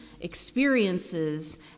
experiences